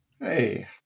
Hey